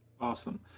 Awesome